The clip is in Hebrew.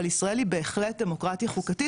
אבל ישראל היא בהחלט דמוקרטיה חוקתית,